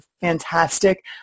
fantastic